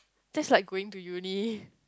that's like going to uni